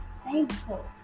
thankful